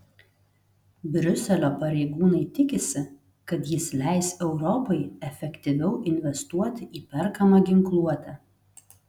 briuselio pareigūnai tikisi kad jis leis europai efektyviau investuoti į perkamą ginkluotę